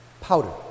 Powder